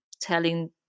telling